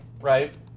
right